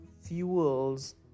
fuels